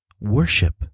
worship